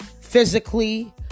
physically